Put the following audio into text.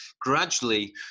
gradually